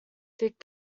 thick